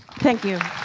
thank you.